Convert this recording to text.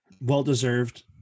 Well-deserved